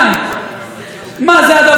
אבל עוד דבר מאוד מטריד אותי.